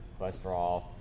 cholesterol